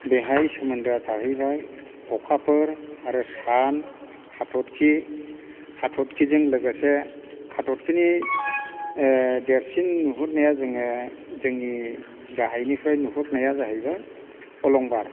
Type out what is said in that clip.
बेहाय सोमोन्दोआ थाहैबाय अखाफोर आरो सान हाथरखि हाथरखिजों लोगोसे हाथरखिनि ओ देरसिन नुहुरनाया जोङो जोंनि गाहायनिफ्राय नुहुरनाया जाहैबाय अलंबार